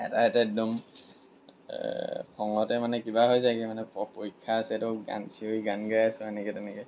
এটাইতো একদম খঙতে মানে কিবা হৈ যায়গৈ মানে প পৰীক্ষা আছে তই গান চিঞৰি গান গাই আছ এনেকে তেনেকে